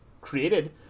created